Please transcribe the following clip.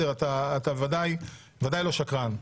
אתה ודאי לא שקרן.